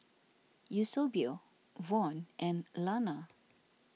Eusebio Von and Lana